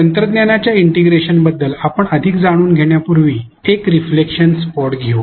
तंत्रज्ञानाच्या इंटिग्रेशनबद्दल आपण अधिक जाणून घेण्यापूर्वी एक प्रतिबिंबित स्थान घेऊ